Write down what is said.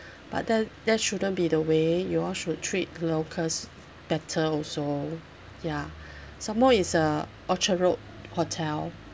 but that that shouldn't be the way you all should treat the locals better also ya some more is uh orchard road hotel